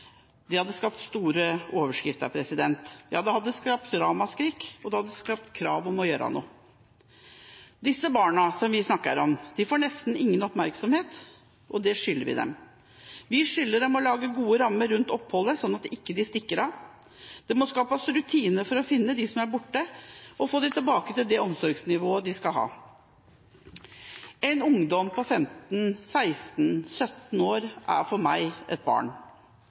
hadde det skapt store overskrifter. Det hadde skapt ramaskrik, og det hadde ført til krav om å gjøre noe. De barna vi snakker om, får nesten ingen oppmerksomhet, og det skylder vi dem. Vi skylder dem å lage gode rammer rundt oppholdet, slik at de ikke stikker av. Det må skapes rutiner for å finne dem som blir borte, og for å få dem tilbake til det omsorgsnivået de skal ha. En ungdom på 15–16–17 år er for meg et barn,